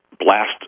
blast